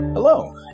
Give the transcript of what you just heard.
Hello